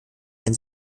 ein